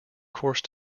course